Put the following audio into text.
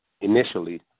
initially